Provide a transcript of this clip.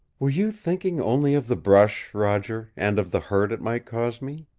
were you thinking only of the brush, roger and of the hurt it might cause me?